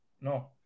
no